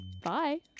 Bye